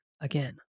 again